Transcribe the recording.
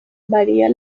varía